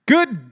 Good